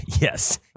Yes